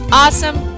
awesome